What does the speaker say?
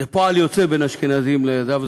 זה פועל יוצא בין אשכנזים למזרחים,